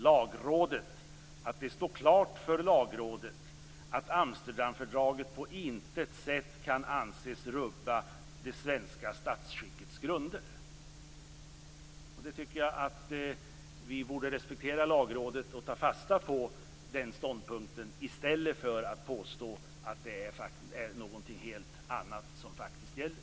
Lagrådet skriver: Det står klart för Lagrådet att Amsterdamfördraget på intet sätt kan anses rubba det svenska statsskickets grunder. Jag tycker att vi borde respektera Lagrådet och ta fasta på den ståndpunkten i stället för att påstå att det är någonting helt annat som gäller.